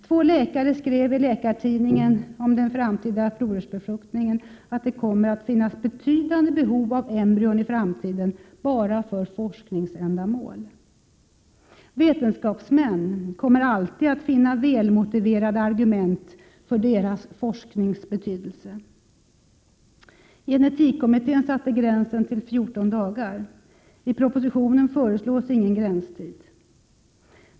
Två läkare skrev i Läkartidningen när det gäller den framtida provrörsbefruktningen att det kommer att finnas ett betydande behov av embryon i framtiden bara för forskningsändamål. Vetenskapsmän kommer alltid att finna välmotiverade argument för sin forsknings betydelse. Gen-etikkommittén satte gränsen vad gäller nedfrysning av embryon till 14 dagar. I propositionen föreslås ingen tidsgräns.